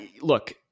Look